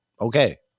Okay